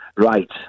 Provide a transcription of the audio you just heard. Right